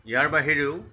ইয়াৰ বাহিৰেও